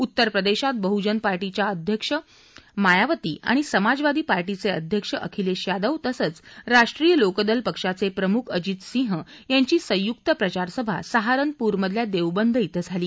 उत्तरप्रदेशात बहुजन पार्टीच्या अध्यक्ष मायावती आणि समाजवादी पार्टीचे अध्यक्ष अखिलेश यादव आणि राष्ट्रीय लोकदल पक्षाचे प्रमुख अजित सिंह यांची संयुक्त प्रचारसभा सहारपूरमधल्या देवबंद इथं झाली